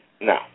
No